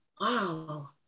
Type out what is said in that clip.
wow